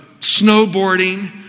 snowboarding